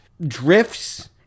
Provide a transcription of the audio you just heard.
drifts